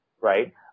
right